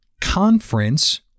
conference